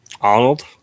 Arnold